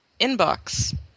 inbox